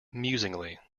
musingly